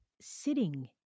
sitting